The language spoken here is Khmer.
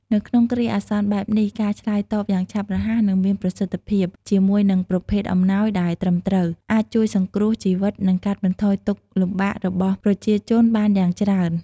នៅក្នុងគ្រាអាសន្នបែបនេះ ការឆ្លើយតបយ៉ាងឆាប់រហ័ស និងមានប្រសិទ្ធភាព ជាមួយនឹងប្រភេទអំណោយដែលត្រឹមត្រូវ អាចជួយសង្គ្រោះជីវិត និងកាត់បន្ថយទុក្ខលំបាករបស់ប្រជាជនបានយ៉ាងច្រើន។